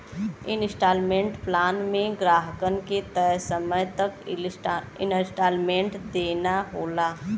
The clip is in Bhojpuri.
इन्सटॉलमेंट प्लान में ग्राहकन के तय समय तक इन्सटॉलमेंट देना होला